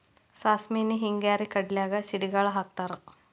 ಸಾಸ್ಮಿನ ಹಿಂಗಾರಿ ಕಡ್ಲ್ಯಾಗ ಸಿಡಿಗಾಳ ಹಾಕತಾರ